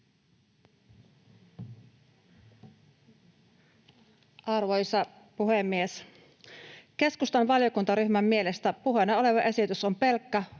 Arvoisa puhemies! Keskustan valiokuntaryhmän mielestä puheena oleva esitys on pelkkä